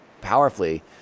powerfully